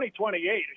2028